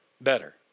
better